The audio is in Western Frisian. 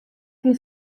kin